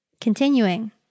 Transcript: Continuing